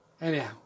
Anyhow